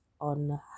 on